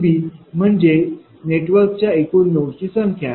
NB म्हणजे नेटवर्कच्या एकूण नोडची संख्या आहे